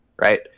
right